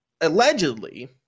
allegedly